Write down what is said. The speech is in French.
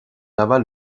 navals